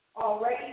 already